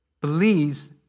believes